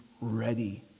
Ready